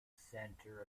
centre